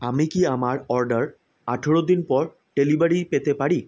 আমি কি আমাার অর্ডার আঠেরো দিন পর ডেলিভারি পেতে পারি